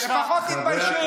לפחות תתביישו.